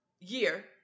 year